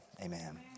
amen